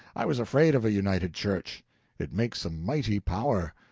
i was afraid of a united church it makes a mighty power,